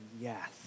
yes